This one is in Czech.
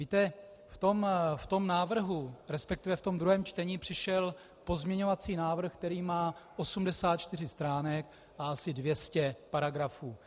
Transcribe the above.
Víte, v tom návrhu, resp. v tom druhém čtení přišel pozměňovací návrh, který má 84 stránek a asi 200 paragrafů.